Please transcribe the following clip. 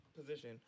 position